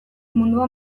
mundua